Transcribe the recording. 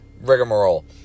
rigmarole